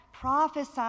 Prophesy